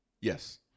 Yes